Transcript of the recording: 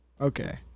Okay